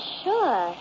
sure